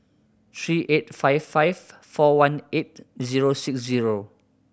three eight five five four one eight zero six zero